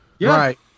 Right